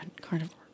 carnivore